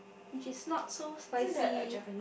which is not so spicy